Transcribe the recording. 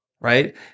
right